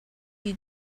you